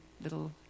little